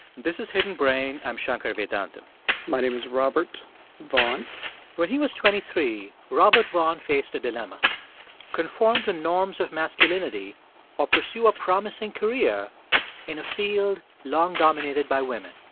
this is hidden brain. i'm shankar vedantam my name is robert vaughan when he was twenty three, robert vaughn faced a dilemma conform to norms of masculinity or pursue a promising career in a field long dominated by women.